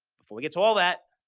before we get to all that,